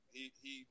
He—he